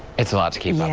it's a lot to keep yeah